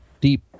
deep